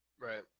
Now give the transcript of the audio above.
Right